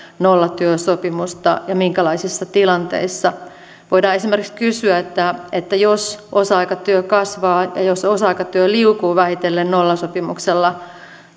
nollatyösopimusta ja minkälaisissa tilanteissa voidaan esimerkiksi kysyä että että jos osa aikatyö kasvaa ja jos osa aikatyö liukuu vähitellen nollasopimuksella